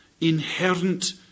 inherent